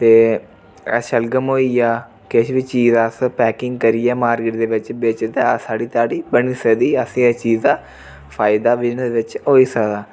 ते शलगम होई गेआ किश बी चीज दा अस पैकिंग करियै मार्किट दे बिच्च बेचचै ते साढ़ी ध्याड़ी बनी सकदी असें इस चीज़ दा फायदा बी एह्दे बिच्च होई सकदा